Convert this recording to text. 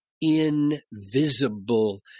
invisible